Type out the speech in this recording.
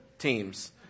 teams